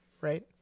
right